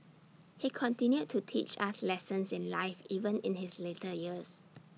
he continued to teach us lessons in life even in his later years